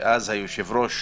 שאז היה היושב-ראש